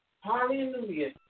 Hallelujah